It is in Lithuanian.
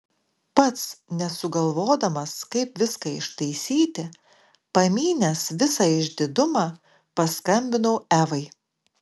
pats nesugalvodamas kaip viską ištaisyti pamynęs visą išdidumą paskambinau evai